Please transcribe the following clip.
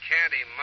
Candy